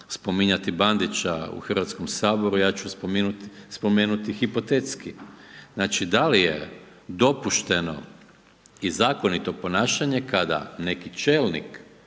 spominjati Bandića u Hrvatskom saboru, ja ću spomenuti hipotetski, znači da li je dopušteno i zakonito ponašanje, kada neki čelnik